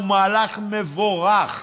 הוא מהלך מבורך,